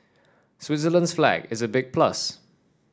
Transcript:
Switzerland's flag is a big plus